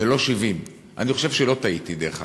ולא 70. אני חושב שלא טעיתי, דרך אגב.